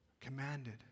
commanded